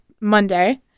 Monday